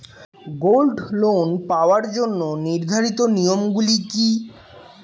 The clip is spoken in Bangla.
গোল্ড লোন পাওয়ার জন্য নির্ধারিত নিয়ম গুলি কি?